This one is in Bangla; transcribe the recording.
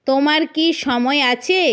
তোমার কি সময় আছে